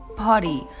party